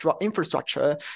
infrastructure